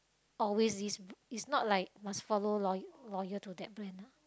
always this it's not like must follow loyal loyal to that brand lah